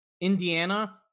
Indiana